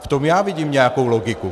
V tom já vidím nějakou logiku.